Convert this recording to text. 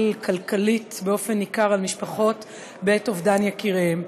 כלכלית באופן ניכר על משפחות בעת אובדן יקיריהן.